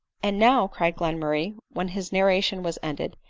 and now, cried glenmurray, when his narration was ended,